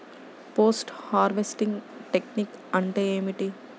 Post harvesting technique అంటే ఏమిటీ?